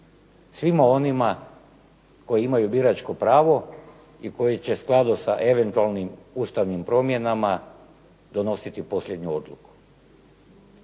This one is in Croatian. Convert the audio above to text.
svima onima koji imaju biračko pravo i koji će u skladu sa eventualnim ustavnim promjenama donositi posljednju odluku.